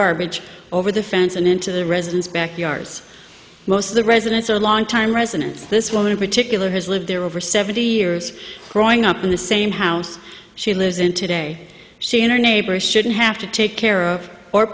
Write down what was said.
garbage over the fence and into the residence backyards most of the residents are long time residents this woman in particular has lived there over seventy years growing up in the same house she lives in today she and her neighbors shouldn't have to take care of or